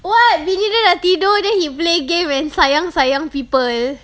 what bila dia nak tidur then he play game and sayang sayang people